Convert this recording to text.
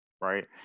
right